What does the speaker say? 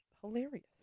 hilarious